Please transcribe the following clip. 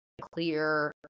clear